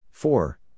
Four